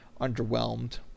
underwhelmed